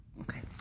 okay